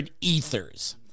Ethers